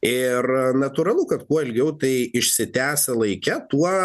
ir natūralu kad kuo ilgiau tai išsitęs laike tuo